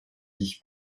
dziś